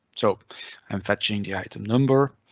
so i'm fetching the item number,